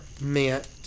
meant